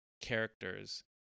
characters